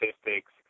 statistics